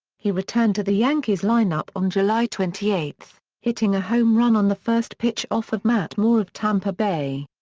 he returned to the yankees lineup on july twenty eight, hitting a home run on the first pitch off of matt moore of tampa bay.